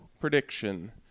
prediction